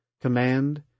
command